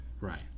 right